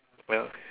ya